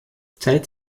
zeit